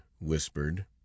whispered